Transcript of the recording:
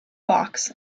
box